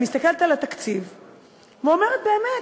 אני מסתכלת על התקציב ואומרת: באמת,